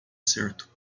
certo